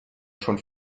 schon